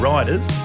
Riders